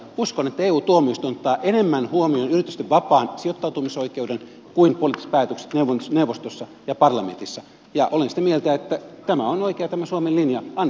uskon että eu tuomioistuin ottaa enemmän huomioon yritysten vapaan sijoittautumisoikeuden kuin poliittiset päätökset neuvostossa ja parlamentissa ja olen sitä mieltä että tämä suomen linja on oikea